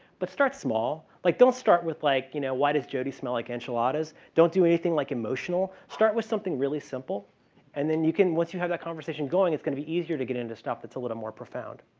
but start small, like don't start with like, you know, why does jody smell like enchiladas? don't do anything like emotional. start with something really simple and then you can once you have a conversation going, it's going be easier to get into stuff that's a little more profound.